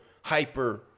hyper